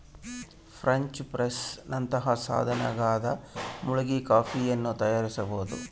French press ನಂತಹ ಸಾಧನದಾಗ ಮುಳುಗಿ ಕಾಫಿಯನ್ನು ತಯಾರಿಸಬೋದು